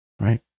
right